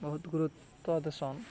ବହୁତ୍ ଗୁରୁତ୍ୱ ଦେସନ୍